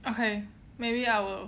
okay maybe I will